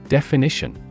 Definition